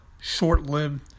short-lived